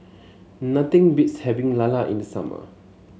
nothing beats having Lala in the summer